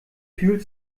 fühlt